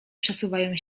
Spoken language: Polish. przesuwają